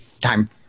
time